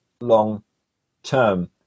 long-term